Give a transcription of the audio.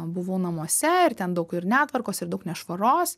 buvau namuose ir ten daug ir netvarkos ir daug nešvaros